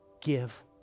give